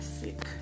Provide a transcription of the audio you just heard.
sick